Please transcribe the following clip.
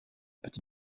petit